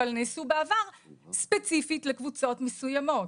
ונעשו בעבר ספציפית לקבוצות מסוימות.